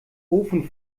ofen